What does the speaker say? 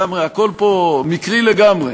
הכול פה מקרי לגמרי.